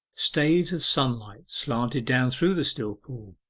staves of sunlight slanted down through the still pool,